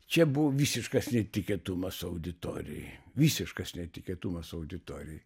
čia buvo visiškas netikėtumas auditorijai visiškas netikėtumas auditorijai